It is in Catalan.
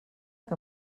que